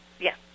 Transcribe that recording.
Yes